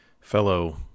fellow